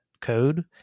code